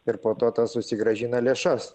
ir po tas susigrąžina lėšas